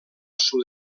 sud